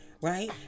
right